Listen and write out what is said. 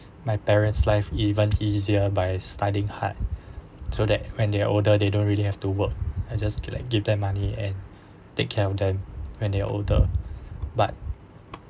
my parents live even easier by studying hard so that when they are older they don't really have to work I just like give them money and take care of them when they are older but